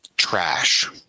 trash